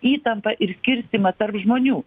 įtampą ir skirstymą tarp žmonių